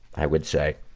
i would say,